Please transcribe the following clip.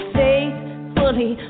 faithfully